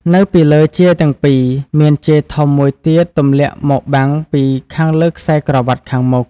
នៅពីលើជាយទាំងពីរ មានជាយធំមួយទៀតទម្លាក់មកបាំងពីខាងលើខ្សែក្រវ៉ាត់ខាងមុខ។